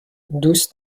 دوست